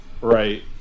Right